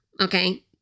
Okay